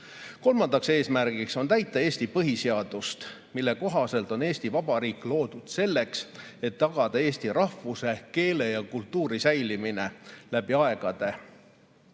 Kolmas eesmärk on täita Eesti põhiseadust, mille kohaselt on Eesti Vabariik loodud selleks, et tagada eesti rahvuse, keele ja kultuuri säilimine läbi aegade.